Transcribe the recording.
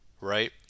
Right